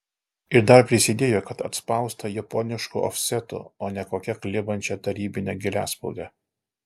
ir dar prisidėjo kad atspausta japonišku ofsetu o ne kokia klibančia tarybine giliaspaude